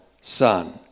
son